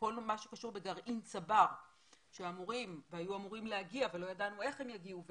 כל מה שקשור בגרעין צבר שהיו אמורעם להגיע ולא ידענו איך הם יגיעו,